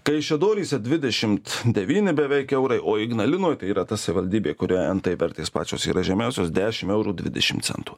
kaišiadoryse dvidešimt devyni beveik eurai o ignalinoje tai yra ta savivaldybė kurioje nt vertės pačios yra žemiausios dešim eurų dvidešim centų